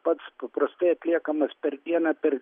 pats paprastai atliekamas per dieną per